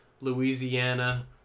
Louisiana